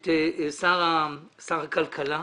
את שר הכלכלה,